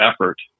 effort